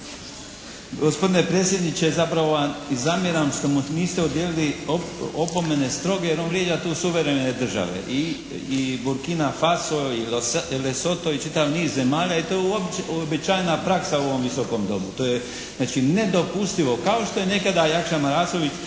Gospodine predsjedniče! Zapravo vam i zamjeram što mu niste dodijelili opomene stroge jer on vrijeđa tu suverene države. I Burkina Faso i Lesoto i čitav niz zemalja i to je uobičajena praksa u ovom Visokom domu. To je znači nedopustivo, kao što je nekada Jakša Marasović